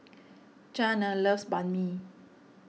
Zhane loves Banh Mi